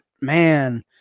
man